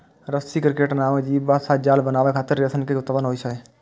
रसी क्रिकेट नामक जीव सं जाल बनाबै खातिर रेशम के उत्पादन होइ छै